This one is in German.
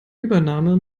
übernahme